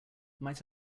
might